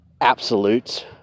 absolutes